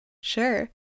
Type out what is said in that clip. sure